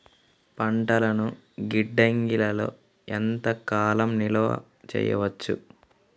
పంటలను గిడ్డంగిలలో ఎంత కాలం నిలవ చెయ్యవచ్చు?